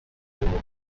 demande